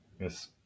Yes